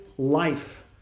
Life